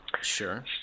Sure